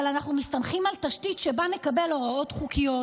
אבל אנחנו מסתמכים על תשתית שבה נקבל הוראות חוקיות,